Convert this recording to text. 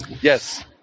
Yes